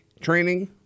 training